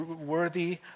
worthy